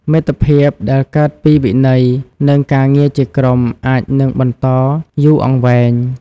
មិត្តភាពដែលកើតពីវិន័យ និងការងារជាក្រុម អាចនឹងបន្តយូរអង្វែង។